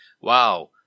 Wow